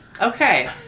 Okay